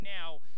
now